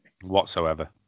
Whatsoever